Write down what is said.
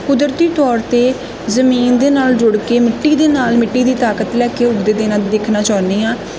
ਕੁਦਰਤੀ ਤੌਰ 'ਤੇ ਜ਼ਮੀਨ ਦੇ ਨਾਲ ਜੁੜ ਕੇ ਮਿੱਟੀ ਦੇ ਨਾਲ ਮਿੱਟੀ ਦੀ ਤਾਕਤ ਲੈ ਕੇ ਉੱਗਦੇ ਨਾ ਦੇਖਣਾ ਚਾਹੁੰਦੀ ਹਾਂ